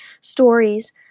stories